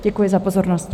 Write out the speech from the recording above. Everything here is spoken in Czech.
Děkuji za pozornost.